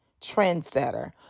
trendsetter